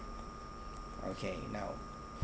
okay now